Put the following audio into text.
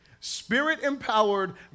Spirit-empowered